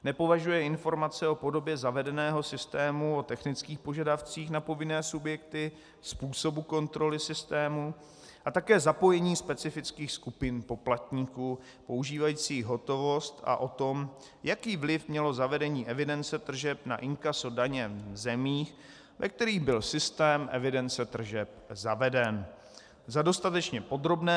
Nepovažuje informace o podobě zavedeného systému o technických požadavcích na povinné subjekty, způsobu kontroly systému a také zapojení specifických skupin poplatníků používajících hotovost a o tom, jaký vliv mělo zavedení evidence tržeb na inkaso daně v zemích, ve kterých byl systém evidence tržeb zaveden, za dostatečně podrobné.